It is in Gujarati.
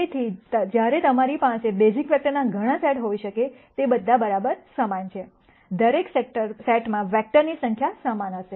તેથી જ્યારે તમારી પાસે બેઝિક વેક્ટરના ઘણા સેટ હોઈ શકે તે બધા બરાબર સમાન છેદરેક સેટમાં વેક્ટરની સંખ્યા સમાન હશે